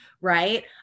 right